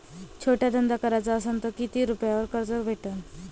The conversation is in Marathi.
छोटा धंदा कराचा असन तर किती रुप्यावर कर्ज भेटन?